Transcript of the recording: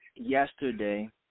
Yesterday